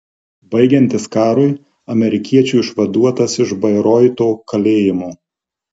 baigiantis karui amerikiečių išvaduotas iš bairoito kalėjimo